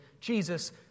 jesus